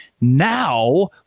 Now